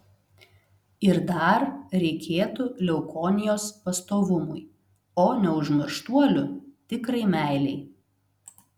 ir dar reikėtų leukonijos pastovumui o neužmirštuolių tikrai meilei